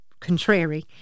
Contrary